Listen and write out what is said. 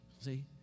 See